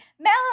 Mel